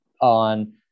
on